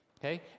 Okay